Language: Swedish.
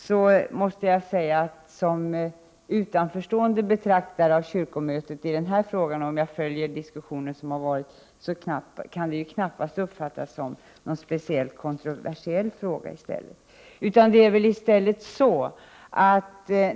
Som utanförstående betraktare av kyrkomötet och efter att ha följt den diskussion som varit kan jag inte uppfatta att den här frågan har varit speciellt kontroversiell.